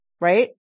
right